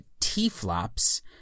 TFLOPs